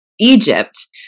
Egypt